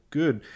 good